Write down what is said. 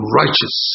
righteous